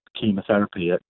chemotherapy